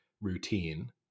routine